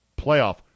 playoff